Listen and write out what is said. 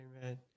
Amen